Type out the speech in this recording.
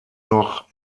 noch